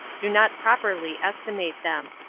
do not properly estimate them.